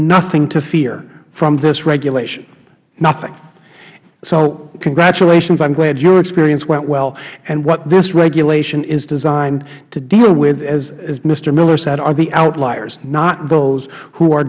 nothing to fear from this regulation nothing so congratulations i am glad your experience went well and what this regulation is designed to deal with as mister miller said are the outliers not those who are